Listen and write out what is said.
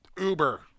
Uber